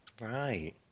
Right